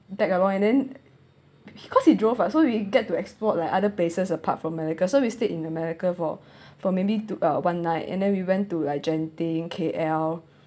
tag along and then he cause he drove ah so we get to explore like other places apart from malacca so we stayed in malacca for for maybe two or one night and then we went to like genting K_L